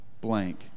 blank